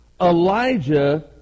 Elijah